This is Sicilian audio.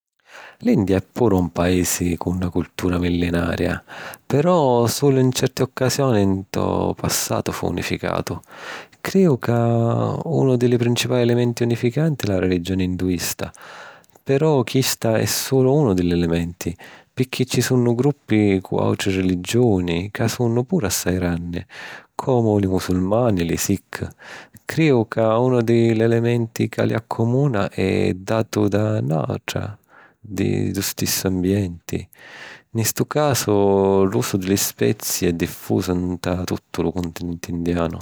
L’India è puru un paisi cu na cultura millenaria, però sulu 'n certi occasioni ntô passatu fu unificatu. Criju ca unu di li principali elementi unificanti è la religioni induista. Però chista è sulu unu di l’elementi, picchì ci sunnu gruppi cu àutri religiuni ca sunnu puru assai granni, comu li musulmani e li sikh. Criju ca unu di l’elementi ca li accumuna è datu dâ natura dû stissu ambienti: nni stu casu, l’usu di li spezi è diffusu nta tuttu lu cuntinenti indianu.